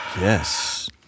Yes